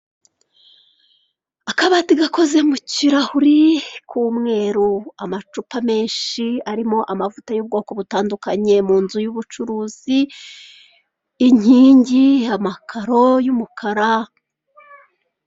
Akabati gakoze mu kirahuri, k'umweru, amacupa menshi arimo amavuta y'ubwoko butandukanye, mu nzu y'ubucuruzi, inkingi, amakaro y'umukara.